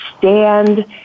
Stand